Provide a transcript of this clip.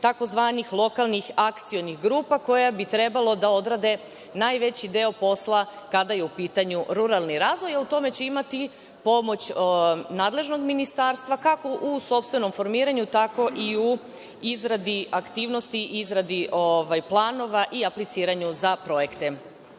tzv. lokalnih akcionih grupa, koje bi trebalo da odrade najveći deo posla kada je u pitanju ruralni razvoj, a u tome će imati pomoć nadležnog ministarstva, kako u sopstvenom formiranju, tako i u izradi aktivnosti, izradi planova i apliciranju za projekte. Što